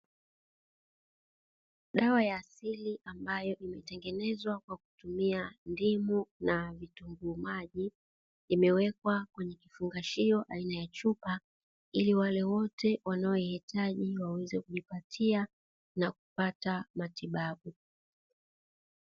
Dawa ya asili ambayo imetengenezwa kwa kutumia ndimu na vitunguu maji imewekwa kwenye kifungashio aina ya chupa, ili wale wote wanaohitaji waweze kujipatia na kupata matibabu.